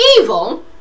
evil